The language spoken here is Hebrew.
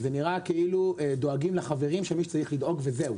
נראות כאילו דואגות לחברים שצריך לדאוג להם וזהו.